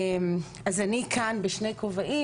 אני כאן בשני כובעים,